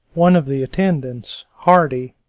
one of the attendants, hardy,